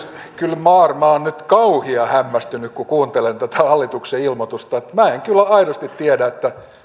kyl maar mä oon nyt kauhia hämmästyny kun kuuntelen tätä hallituksen ilmoitusta minä en kyllä aidosti tiedä